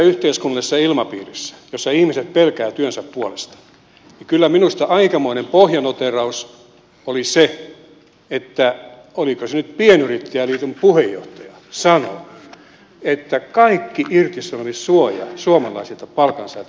tämmöisessä yhteiskunnallisessa ilmapiirissä jossa ihmiset pelkäävät työnsä puolesta kyllä minusta aikamoinen pohjanoteeraus oli se että oliko se nyt pienyrittäjäliiton puheenjohtaja sanoi että kaikki irtisanomissuoja suomalaisilta palkansaajilta pitää poistaa